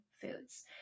foods